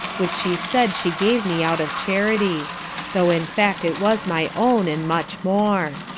which she said she gave me out of charity though in fact it was my own, and much more.